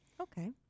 Okay